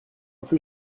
plus